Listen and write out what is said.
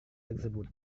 tersebut